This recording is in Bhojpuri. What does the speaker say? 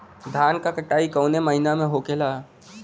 धान क कटाई कवने महीना में होखेला?